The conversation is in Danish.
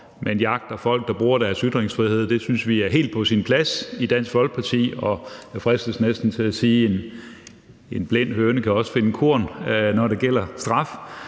man jagter folk, der bruger deres ytringsfrihed. Det synes vi i Dansk Folkeparti er helt på sin plads, og jeg fristes næsten til at sige, at en blind høne også kan finde korn, når det gælder straf.